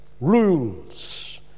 rules